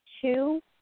two